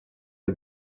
для